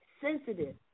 sensitive